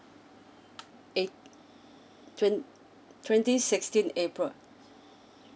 eight twen~ twenty sixteen april